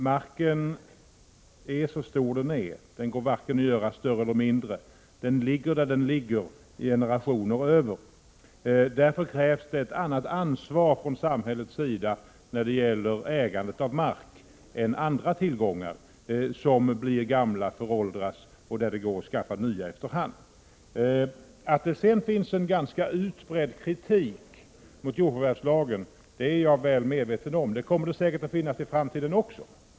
Marken är så stor den är, den går varken att göra större eller mindre. Den ligger där den ligger i generation efter generation. Därför krävs det att samhället tar ett annat ansvar för ägandet av mark än för andra tillgångar, som blir föråldrade men som går att ersätta med nya efter hand. Att det finns en ganska utbredd kritik mot jordförvärvslagen är jag väl medveten om. Det kommer säkert att finnas sådan kritik också i framtiden.